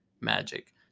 magic